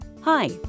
Hi